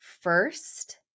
first